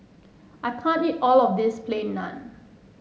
I can't eat all of this Plain Naan